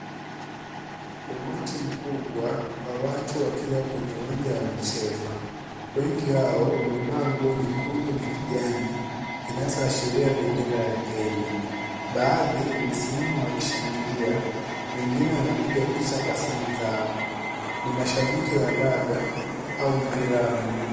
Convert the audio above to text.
Umati mkubwa wa watu wakiwa kwenye uwanja wa mchezo, wengi wao wamevaa nguo nyekundu na kijani , inaeza ashiria bendera ya Kenya , baadhi wamesimama wakishangilia wengine wanapiga picha kwa simu zao , ni mashabiki wa raga au mpira wa miguu.